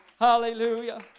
Hallelujah